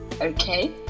Okay